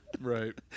Right